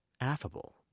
affable